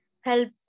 help